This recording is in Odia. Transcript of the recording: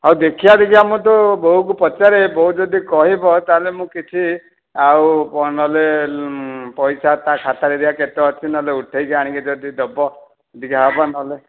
ହଉ ଦେଖିଆ ଯଦି ଆମ ମୁଁ ତୋ ବୋଉକୁ ପଚାରେ ବୋଉ ଯଦି କହିବ ତାହେଲେ ମୁଁ କିଛି ଆଉ କ'ଣ ନହେଲେ ପଇସା ତା ଖାତାରେ ଦେଖିବା କେତେ ଅଛି ନହେଲେ ଉଠେଇକି ଆଣିକି ଯଦି ହେବ ଦିଆହେବ ନହେଲେ